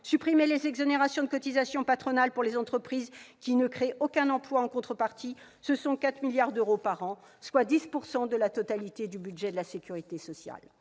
supprimer les exonérations de cotisations patronales pour les entreprises qui ne créent aucun emploi en contrepartie, ce sont 45 milliards d'euros par an, soit 10 % de la totalité du budget de la sécurité sociale